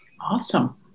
Awesome